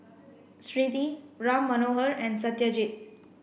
Smriti Ram Manohar and Satyajit